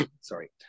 Sorry